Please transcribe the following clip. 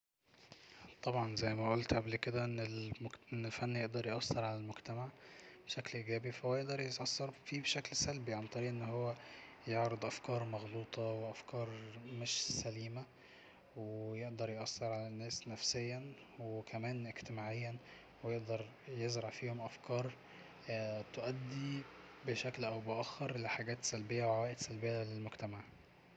طبعا زي ما قولت قبل كده أن الفن يقدر يأثر على المجتمع بشكل إيجابي فهو يقدر يأثر فيه بشكل سلبي عن طريق أن هو يعرض افكار مغلوطة وافكار مش سليمة ويقدر يأثر على الناس نفسيا وكمان اجتماعيا ويقدر يزرع فيهم افكار تؤدي بشكل أو بآخر لحاجات سلبية وعوائد سلبية للمجتمع